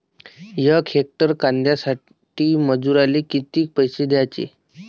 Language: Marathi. यक हेक्टर कांद्यासाठी मजूराले किती पैसे द्याचे?